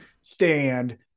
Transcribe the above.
stand